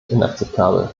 inakzeptabel